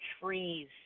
trees